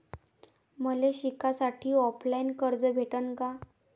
मले शिकासाठी ऑफलाईन कर्ज भेटन का?